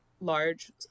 large